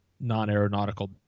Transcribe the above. non-aeronautical